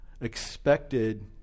expected